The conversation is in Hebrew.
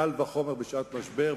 וקל וחומר בשעת משבר.